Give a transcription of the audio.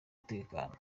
mutekano